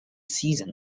season